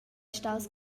staus